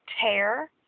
tear